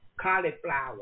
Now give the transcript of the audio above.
cauliflower